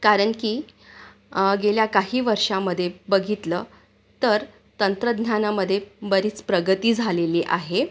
कारण की गेल्या काही वर्षांमध्ये बघितलं तर तंत्रज्ञानामध्ये बरीच प्रगती झालेली आहे